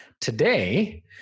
today